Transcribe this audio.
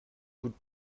coûte